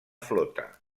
flota